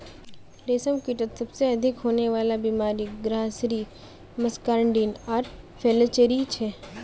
रेशमकीटत सबसे अधिक होने वला बीमारि ग्रासरी मस्कार्डिन आर फ्लैचेरी छे